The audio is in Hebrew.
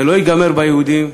זה לא ייגמר ביהודים,